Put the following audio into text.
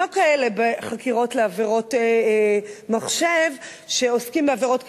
לא כאלה בחקירות לעבירות מחשב שעוסקים בעבירות כלכליות,